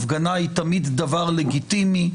הפגנה היא תמיד דבר לגיטימי,